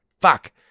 fuck